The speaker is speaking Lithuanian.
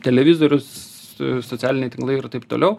televizorius socialiniai tinklai ir taip toliau